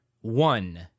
one